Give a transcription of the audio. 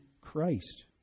Christ